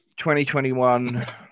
2021